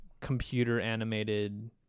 computer-animated